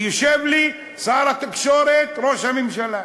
ויושב לי שר התקשורת, ראש הממשלה,